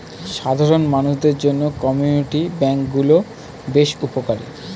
সাধারণ মানুষদের জন্য কমিউনিটি ব্যাঙ্ক গুলো বেশ উপকারী